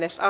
asia